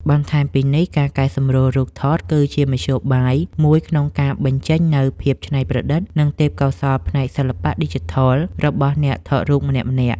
បន្ថែមពីនេះ ការកែសម្រួលរូបថតគឺជាមធ្យោបាយមួយក្នុងការបញ្ចេញនូវភាពច្នៃប្រឌិត និងទេពកោសល្យផ្នែកសិល្បៈឌីជីថលរបស់អ្នកថតរូបម្នាក់ៗ។